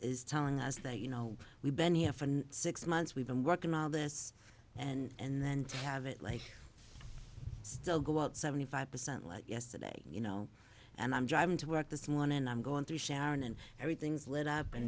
is telling us that you know we've been e f and six months we've been working all this and then to have it like still go out seventy five percent like yesterday you know and i'm driving to work this morning and i'm going through sharon and everything's lit up and